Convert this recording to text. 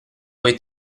poi